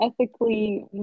ethically